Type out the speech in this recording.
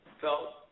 felt